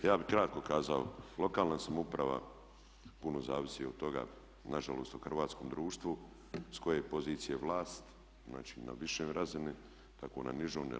Ja bih kratko kazao, lokalna samouprava puno zavisi od toga nažalost u hrvatskom društvu s koje pozicije je vlast, znači na višoj razini tako i na nižoj.